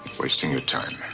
wasting your time.